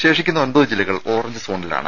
ശേഷിക്കുന്ന ഒൻപത് ജില്ലകൾ ഓറഞ്ച് സോണിലാണ്